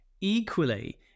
Equally